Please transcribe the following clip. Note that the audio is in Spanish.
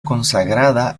consagrada